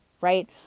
right